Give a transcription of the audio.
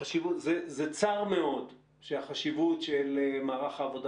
צר מאוד שהחשיבות של מערך העבודה